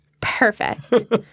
Perfect